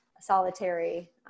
solitary